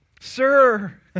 Sir